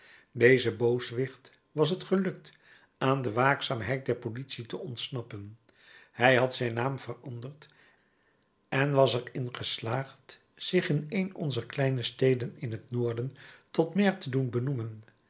dezen booswicht was t gelukt aan de waakzaamheid der politie te ontsnappen hij had zijn naam veranderd en was er in geslaagd zich in een onzer kleine steden in het noorden tot maire te doen benoemen